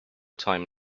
time